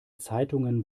zeitungen